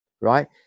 right